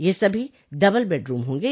यह सभी double bed room होंगे